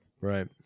Right